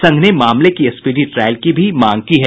संघ ने मामले की स्पीडी ट्रायल की भी मांग की है